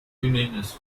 unionist